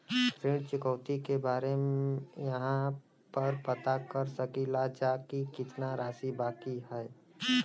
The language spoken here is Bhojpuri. ऋण चुकौती के बारे इहाँ पर पता कर सकीला जा कि कितना राशि बाकी हैं?